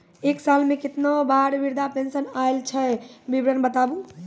एक साल मे केतना बार वृद्धा पेंशन आयल छै विवरन बताबू?